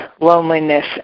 loneliness